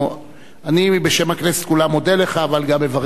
אני, בשם הכנסת כולה, מודה לך, אבל גם מברך אותך.